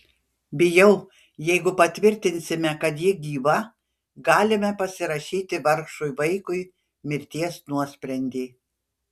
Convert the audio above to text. bijau jeigu patvirtinsime kad ji gyva galime pasirašyti vargšui vaikui mirties nuosprendį